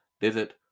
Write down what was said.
visit